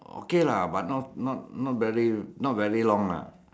okay lah but not not not very not very long lah